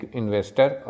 investor